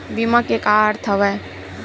बीमा के का अर्थ हवय?